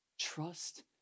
Trust